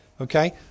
Okay